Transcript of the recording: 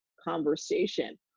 conversation